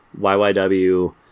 YYW